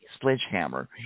sledgehammer